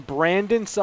Brandon